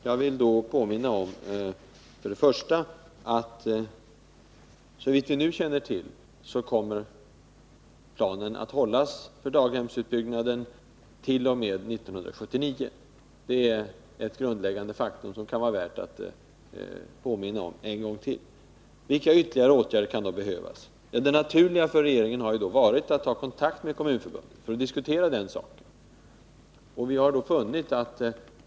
Jag vill påminna om att såvitt vi nu känner till kommer planen för daghemsutbyggnaden t.o.m. 1979 att hållas. Det är ett grundläggande faktum som kan vara värt att påminna om en gång till. Vilka ytterligare åtgärder kan då behövas? Det naturliga för regeringen har varit att ta kontakt med Kommunförbundet för att diskutera den saken.